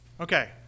Okay